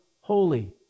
holy